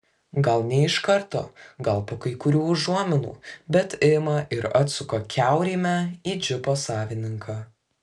gal ne iš karto gal po kai kurių užuominų bet ima ir atsuka kiaurymę į džipo savininką